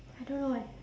I don't know eh